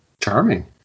charming